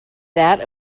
that